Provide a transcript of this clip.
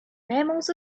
mammals